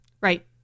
Right